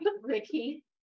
Ricky